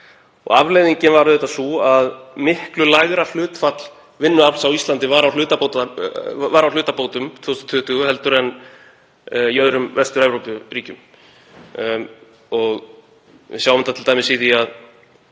Afleiðingin var auðvitað sú að miklu lægra hlutfall vinnuafls á Íslandi var á hlutabótum 2020 en í öðrum Vestur-Evrópuríkjum. Við sjáum það t.d. í því að